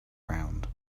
round